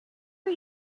are